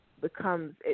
becomes